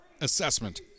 assessment